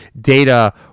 data